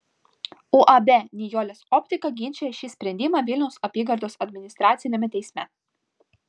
uab nijolės optika ginčija šį sprendimą vilniaus apygardos administraciniame teisme